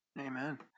Amen